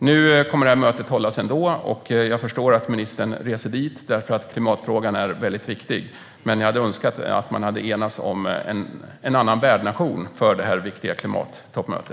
Nu kommer det här mötet att hållas ändå, och jag förstår att ministern reser dit eftersom klimatfrågan är väldigt viktig. Men jag hade önskat att man hade enats om en annan värdnation för detta viktiga möte.